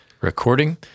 recording